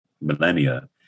millennia